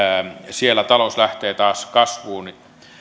siellä talous lähtee taas kasvuun